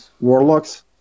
warlocks